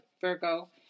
Virgo